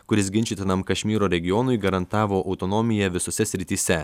kuris ginčytinam kašmyro regionui garantavo autonomiją visose srityse